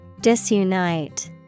Disunite